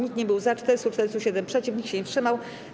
Nikt nie był za, 447 - przeciw, nikt się nie wstrzymał.